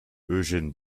eugène